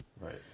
Right